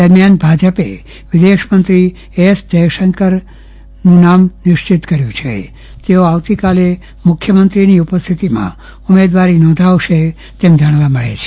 દરમિથાન ભાજપે વિદેશમંત્રી એસ જથશંકરનું નામ નિશ્ચિત કર્થું છે તેઓ આવતીકાલે મુખાય્માંન્ત્રીની ઉપસ્થિતિમાં ઉમેદવારી નોંધાવશે તેમ જાણવા મળે છે